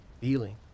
feeling